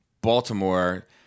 Baltimore